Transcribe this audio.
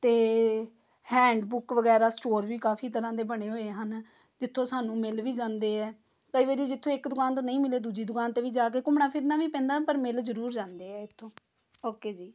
ਅਤੇ handbook ਵਗੈਰਾ store ਵੀ ਕਾਫੀ ਤਰ੍ਹਾਂ ਦੇ ਬਣੇ ਹੋਏ ਹਨ ਜਿੱਥੋਂ ਸਾਨੂੰ ਮਿਲ ਵੀ ਜਾਂਦੇ ਹੈ ਕਈ ਵਾਰੀ ਜਿੱਥੋਂ ਇੱਕ ਦੁਕਾਨ ਤੋਂ ਨਹੀਂ ਮਿਲੇ ਦੂਜੀ ਦੁਕਾਨ 'ਤੇ ਵੀ ਜਾ ਕੇ ਘੁੰਮਣਾ ਫਿਰਨਾ ਵੀ ਪੈਂਦਾ ਪਰ ਮਿਲ ਜ਼ਰੂਰ ਜਾਂਦੇ ਇੱਥੋਂ ਓਕੇ ਜੀ